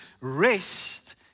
rest